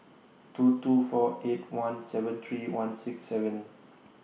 two two four eight one seven three one six seven